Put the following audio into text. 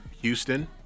Houston